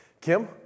Kim